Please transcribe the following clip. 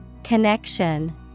Connection